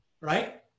right